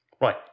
Right